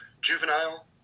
juvenile